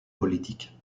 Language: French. politique